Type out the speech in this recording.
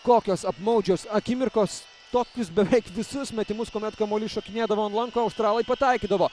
kokios apmaudžios akimirkos tokius beveik visus metimus kuomet kamuolys šokinėdavo ant lanko australai pataikydavo